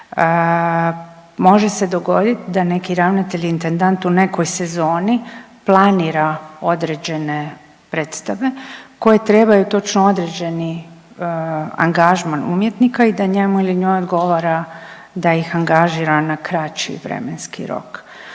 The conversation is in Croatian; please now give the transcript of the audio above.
Može se dogoditi da neki ravnatelj intendant u nekoj sezoni planira određene predstave koje trebaju točno određeni angažman umjetnika i da njemu ili njoj odgovara da ih angažira na kraći vremenski rok.